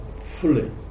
fully